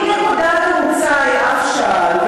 אם נקודת המוצא היא אף שעל,